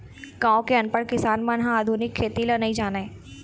गाँव के अनपढ़ किसान मन ह आधुनिक खेती ल नइ जानय